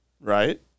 right